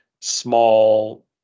small